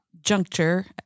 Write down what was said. juncture